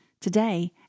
today